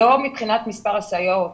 לא מבחינת מספר הסייעות.